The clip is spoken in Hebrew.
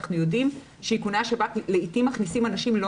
אנחנו יודעים שאיכוני השב"כ לעתים מכניסים אנשים לא